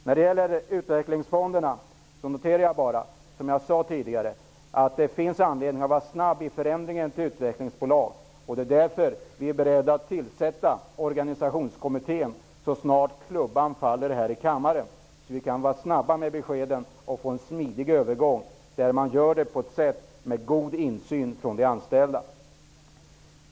Som jag tidigare sade finns det anledning att agera snabbt när det gäller förändringen av utvecklingsfonder till utvecklingsbolag. Därför är vi beredda att tillsätta organisationskommittén så snart klubban har fallit här i kammaren. Då kan vi snabbt ge besked och få en smidig övergång, som kan ske med god insyn av de anställda.